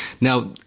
Now